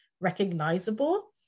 recognizable